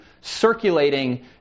circulating